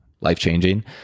life-changing